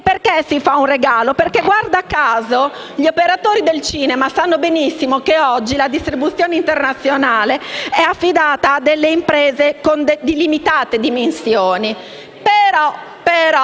Perché si fa un regalo? Perché, guarda caso, gli operatori del cinema sanno benissimo che oggi la distribuzione internazionale è affidata a imprese di limitate dimensioni, ma